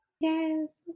yes